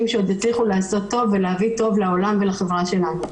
שעוד הצליחו לעשות טוב ולהביא טוב לעולם ולחברה שלנו.